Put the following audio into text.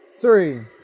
three